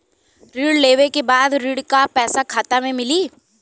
ऋण लेवे के बाद ऋण का पैसा खाता में मिली?